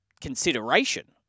consideration